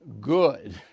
good